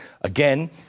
Again